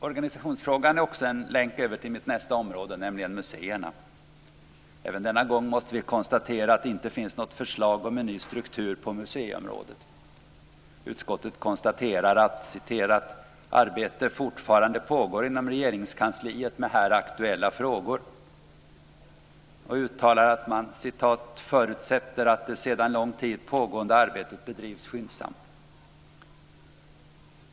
Organisationsfrågan är också en länk över till mitt nästa område, nämligen museerna. Även denna gång måste vi konstatera att det inte finns något förslag om en ny struktur på museiområdet. Utskottet konstaterar att "arbete fortfarande pågår inom Regeringskansliet med här aktuella frågor ." Utskottet uttalar sedan att man "förutsätter att det sedan lång tid pågående arbetet bedrivs skyndsamt".